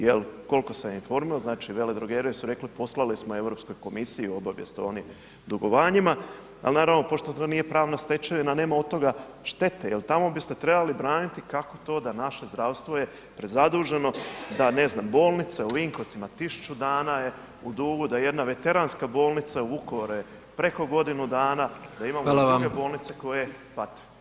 Jer koliko sam informiran, znači veledrogerije su rekle poslale smo Europskoj komisiji obavijest o onim dugovanjima ali naravno pošto to nije pravna stečevina a nema od toga štete, jer tamo biste trebali braniti kako to da naše zdravstvo je prezaduženo, da ne znam bolnice u Vinkovcima 1000 dana je u dugu, da jedna veteranska bolnica u Vukovaru je preko godinu dana, da imamo druge bolnice koje pate.